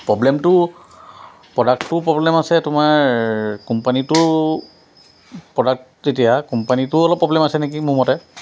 প্ৰব্লেমটো প্ৰডাক্টটোও প্ৰব্লেম আছে তোমাৰ কোম্পানীটো প্ৰডাক্ট তেতিয়া কোম্পানীটোও অলপ প্ৰব্লেম আছে নেকি মোৰ মতে